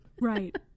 Right